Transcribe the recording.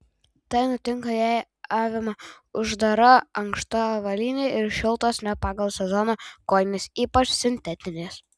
tai nutinka jei avima uždara ankšta avalynė ir šiltos ne pagal sezoną kojinės ypač sintetinės